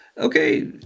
Okay